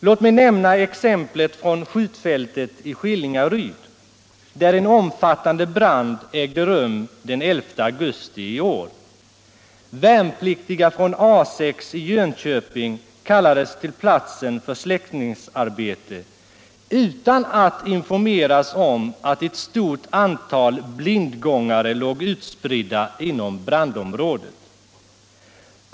Låt mig nämna exemplet från skjutfältet i Skillingaryd, där en omfattande brand ägde rum den 11 augusti i år. Värnpliktiga från A 6 i Jönköping kallades till platsen för släckningsarbete utan att informeras om att ett stort antal blindgångare låg utspridda inom brandområdet.